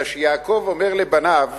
אלא שיעקב אומר לבניו: